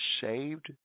Saved